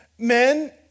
Men